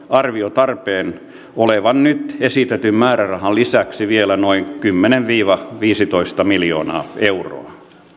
arvioi tarpeen olevan nyt esitetyn määrärahan lisäksi vielä noin kymmenen viiva viisitoista miljoonaa euroa